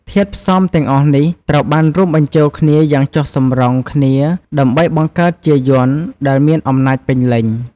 ធាតុផ្សំទាំងអស់នេះត្រូវបានរួមបញ្ចូលគ្នាយ៉ាងចុះសម្រុងគ្នា ដើម្បីបង្កើតជាយ័ន្តដែលមានអំណាចពេញលេញ។